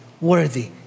worthy